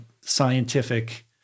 scientific